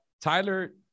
Tyler